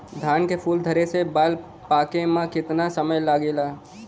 धान के फूल धरे से बाल पाके में कितना समय लागेला?